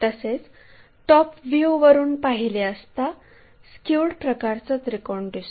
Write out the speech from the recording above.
तसेच टॉप व्ह्यूवरून पाहिले असता स्क्युड प्रकारचा त्रिकोण दिसतो